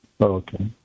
Okay